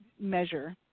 measure